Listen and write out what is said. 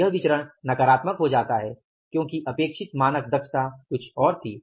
यह विचरण नकारात्मक हो जाता है क्योंकि अपेक्षित मानक दक्षता कुछ और थी